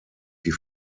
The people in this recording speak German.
die